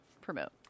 promote